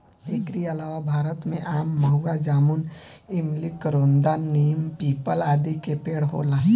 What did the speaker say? एकरी अलावा भारत में आम, महुआ, जामुन, इमली, करोंदा, नीम, पीपल, आदि के पेड़ होला